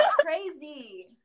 crazy